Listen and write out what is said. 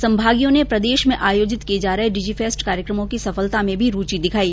संभागीयों ने प्रदेश में आयोजित किये जा रहे डिजि फेस्ट कार्यक्रमों की सफलता में भी रूचि दिखाई